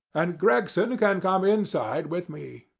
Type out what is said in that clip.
and gregson can come inside with me.